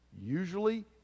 Usually